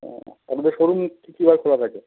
ও আপনাদের শোরুম কী কী বার খোলা থাকে